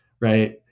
right